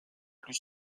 plus